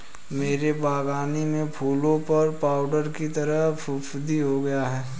मेरे बगानी में फूलों पर पाउडर की तरह फुफुदी हो गया हैं